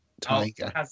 tiger